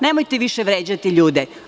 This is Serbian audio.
Nemojte više vređati ljude.